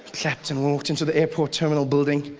clapped and walked into the airport terminal building.